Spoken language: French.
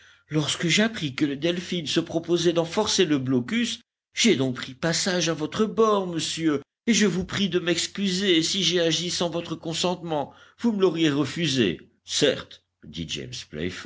lorsque j'appris que le delphin se proposait d'en forcer le blocus j'ai donc pris passage à votre bord monsieur et je vous prie de m'excuser si j'ai agi sans votre consentement vous me l'auriez refusé certes dit